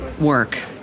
work